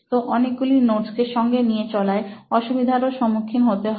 তো অনেকগুলো নোটস কে সঙ্গে নিয়ে চলায় অসুবিধাও সম্মুখীন হতে হয়